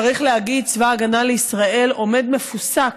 צריך להגיד, צבא ההגנה לישראל עומד מפוסק,